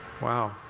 Wow